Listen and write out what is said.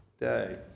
day